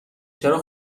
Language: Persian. چرا